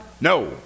no